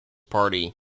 party